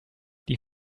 die